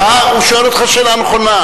הוא שואל אותך שאלה נכונה.